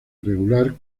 irregular